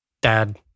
Dad